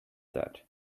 that